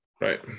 right